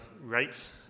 rates